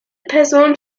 personen